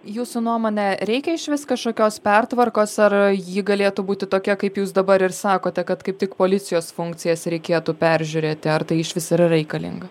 jūsų nuomone reikia išvis kažkokios pertvarkos ar ji galėtų būti tokia kaip jūs dabar ir sakote kad kaip tik policijos funkcijas reikėtų peržiūrėti ar tai išvis yra reikalinga